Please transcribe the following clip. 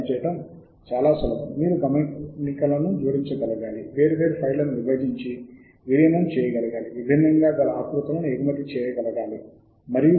మరియు గమనికలను జోడించడానికి విభిన్న ఫైళ్ళను విభజించటానికి మరియు విలీనం చేయటానికి విభిన్న ఆకృతులను ఎగుమతి చేయటానికి జాబ్రీఫ్ మీకు అవకాశం ఇస్తుంది